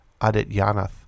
Adityanath